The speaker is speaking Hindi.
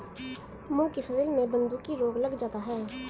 मूंग की फसल में बूंदकी रोग लग जाता है